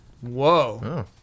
Whoa